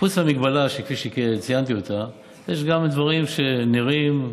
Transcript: חוץ מההגבלה, כפי שציינתי, יש גם דברים שנראים,